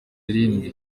irindi